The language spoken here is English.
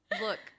Look